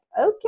okay